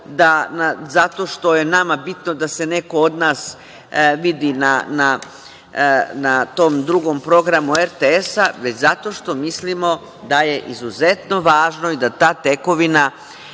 zato što je nama bitno da se neko od nas vidi na tom Drugom programu RTS, već zato što mislimo da je izuzetno važno da ta tekovina